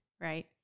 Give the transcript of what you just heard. Right